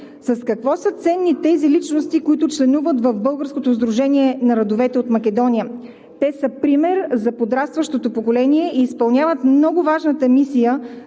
С какво са ценни тези личности, които членуват в българското сдружение на родовете от Македония? Те са пример за подрастващото поколение и изпълняват много важната мисия